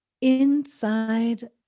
inside